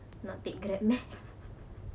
not take Grab meh